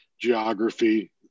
geography